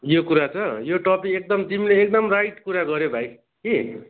यो कुरा त यो टपिक एकदम तिमीले एकदम राइट कुरा गऱ्यौ भाइ कि